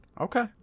Okay